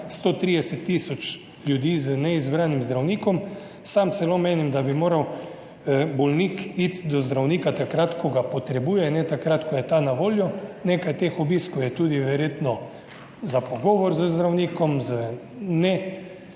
130 tisoč ljudi z neizbranim zdravnikom. Sam celo menim, da bi moral bolnik iti do zdravnika takrat, ko ga potrebuje, in ne takrat, ko je ta na voljo. Nekaj teh obiskov je tudi verjetno za pogovor z zdravnikom, ljudi